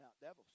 devils